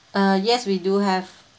uh yes we do have